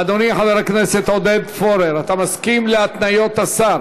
אדוני חבר הכנסת עודד פורר, אתה מסכים להתניות השר